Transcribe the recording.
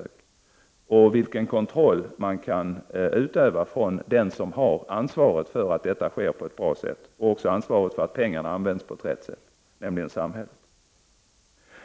Det har att göra med vilken kontroll som kan utövas av den som har ansvaret för att uppgiften sköts på ett bra sätt och att pengarna används på rätt sätt, nämligen samhället.